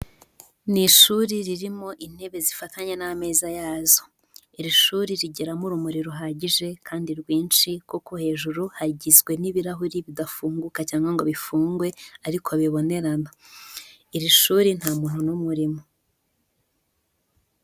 Ni ishuri ririmo intebe zifatanye n'ameza yazo. Iri shuri rigeramo urumuri ruhagije kandi rwinshi, kuko hejuru hagizwe n'ibirahuri bidafunguka cyangwa ngo bifungwe ariko bibonerana. Iri shuri nta muntu n'umwe urimo.